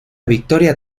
victoria